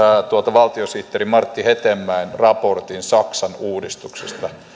valtiosihteeri martti hetemäen raportin saksan uudistuksista